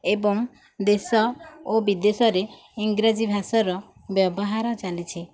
ଏବଂ ଦେଶ ଓ ବିଦେଶରେ ଇଂରାଜୀ ଭାଷାର ବ୍ୟବହାର ଚାଲିଛି